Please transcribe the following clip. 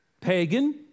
pagan